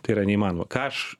tai yra neįmanoma ką aš